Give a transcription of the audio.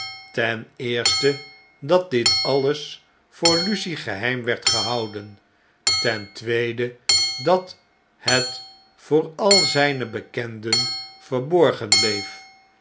ten eerste dat dit alles voor lucie geheim werd gehouden ten tweede dat het voor al zjjne bekenden verborgen bleef